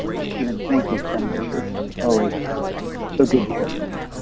steven, thank you so much. it's always so good to hear from you.